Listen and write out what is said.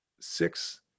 six